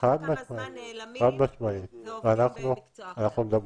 אחרי כמה זמן נעלמים ועובדים במקצוע אחר.